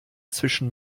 zwischen